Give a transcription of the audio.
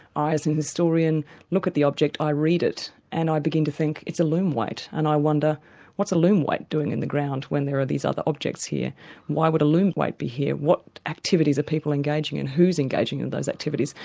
i as an historian look at the object, i read it and i begin to think, it's a loom-weight, and i wonder what's a loom-weight doing in the ground when there are these other objects here, and why would a loom-weight be here? what activities are people engaging in? who's engaging in those activities?